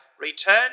return